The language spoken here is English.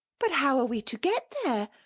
but how are we to get there?